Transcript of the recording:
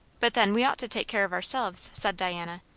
but then, we ought to take care of ourselves, said diana.